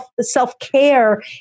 Self-care